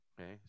Okay